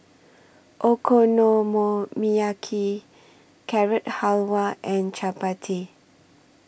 Okonomiyaki Carrot Halwa and Chapati